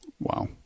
Wow